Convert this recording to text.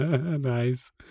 Nice